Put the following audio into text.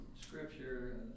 scripture